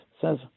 says